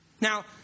Now